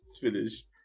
Finish